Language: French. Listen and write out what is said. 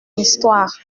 histoire